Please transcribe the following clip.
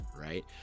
right